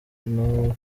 ubwo